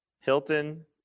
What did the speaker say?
Hilton